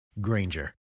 granger